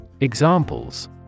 Examples